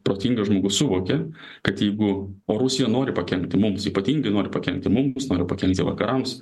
protingas žmogus suvokia kad jeigu rusija nori pakenkti mums ypatingai nori pakenkti mums nori pakenkti vakarams